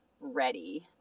ready